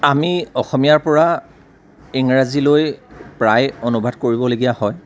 আমি অসমীয়াৰ পৰা ইংৰাজীলৈ প্ৰায় অনুবাদ কৰিবলগীয়া হয়